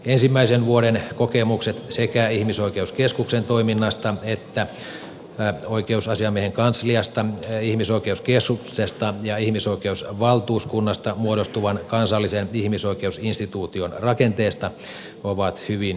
ensimmäisen vuoden kokemukset sekä ihmisoikeuskeskuksen toiminnasta että oikeusasiamiehen kansliasta ihmisoikeuskeskuksesta ja ihmisoikeusvaltuuskunnasta muodostuvan kansallisen ihmisoikeusinstituution rakenteesta ovat hyvin myönteisiä